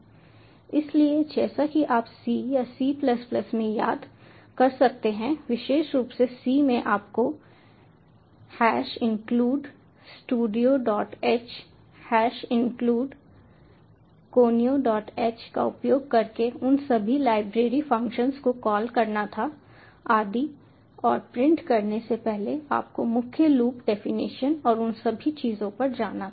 इसलिए जैसा कि आप C या C में याद कर सकते हैं विशेष रूप से C में आपको include studioh include conioh का उपयोग करके उन सभी लाइब्रेरी फंक्शन्स को कॉल करना था आदि और प्रिंट करने से पहले आपको मुख्य लूप डेफिनेशन और उन सभी चीजों पर जाना था